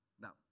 Now